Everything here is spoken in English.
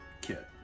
kit